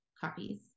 copies